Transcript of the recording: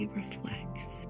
reflects